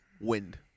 wind